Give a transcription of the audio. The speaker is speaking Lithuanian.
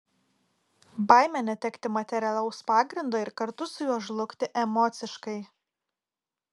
baimė netekti materialaus pagrindo ir kartu su juo žlugti emociškai